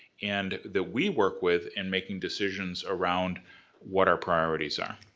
and that we work with in making decisions around what our priorities are.